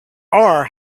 are